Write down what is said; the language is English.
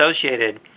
associated